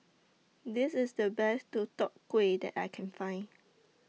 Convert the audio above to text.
This IS The Best Deodeok Gui that I Can Find